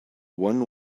one